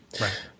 Right